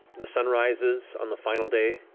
the sun rises on the final day,